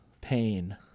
pain